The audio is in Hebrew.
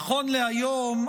נכון להיום,